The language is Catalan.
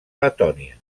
letònia